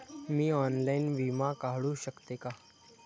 मी online विमा काढू शकते का?